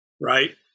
right